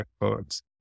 records